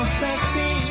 sexy